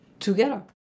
together